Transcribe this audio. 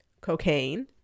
cocaine